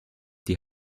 die